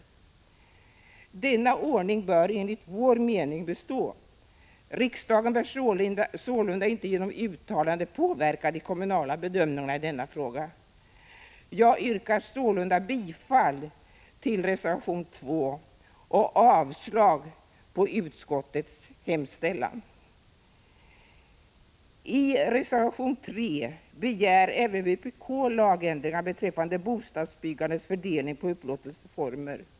Denna ordning bör enligt vår mening bestå. Riksdagen bör sålunda inte genom uttalanden påverka de kommunala bedömningarna i denna fråga. Jag yrkar sålunda bifall till reservation 2 och avslag på utskottets hemställan. I reservation 3 begär även vpk lagändringar beträffande bostadsbyggandets fördelning på upplåtelseformer.